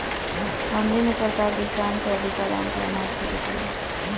मंडी में सरकार किसान से अधिका दाम पर अनाज खरीदे ले